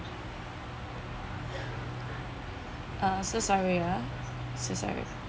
uh so sorry ya so sorry